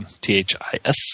T-H-I-S